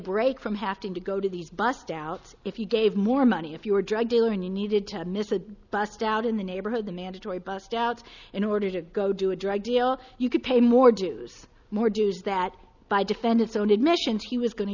break from have to go to these bust out if you gave more money if you were a drug dealer and you needed to miss a bust out in the neighborhood the mandatory bust outs in order to go do a drug deal you could pay more dues more dues that by defendant's own admission he was going to